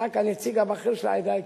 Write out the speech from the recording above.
אתה כנציג הבכיר של העדה האתיופית,